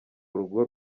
urugo